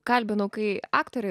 kalbinu kai aktorė